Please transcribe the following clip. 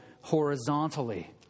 horizontally